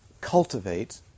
cultivate